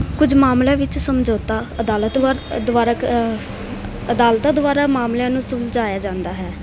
ਕੁਝ ਮਾਮਲਿਆਂ ਵਿੱਚ ਸਮਝੌਤਾ ਅਦਾਲਤ ਦੋਵਾ ਦੁਆਰਾ ਕ ਅਦਾਲਤਾਂ ਦੁਆਰਾ ਮਾਮਲਿਆਂ ਨੂੰ ਸੁਲਝਾਇਆ ਜਾਂਦਾ ਹੈ